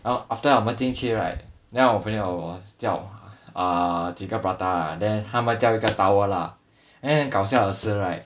然后 after 我们进去 right then 我朋友 uh 叫几个 prata ah then 他们叫一个 tower lah then 搞笑的是 right